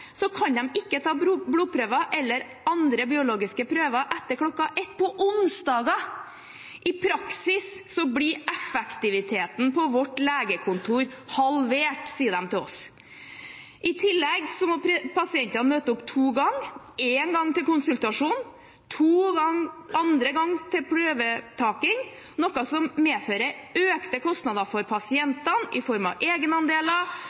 ikke kan ta blodprøve eller andre biologiske prøver etter kl. 13 på onsdager! I praksis blir effektiviteten på vårt legekontor halvert, sier de til oss. I tillegg må pasientene møte opp to ganger, første gang til konsultasjon og andre gang til prøvetaking, noe som medfører økte kostnader for pasientene i form av egenandeler,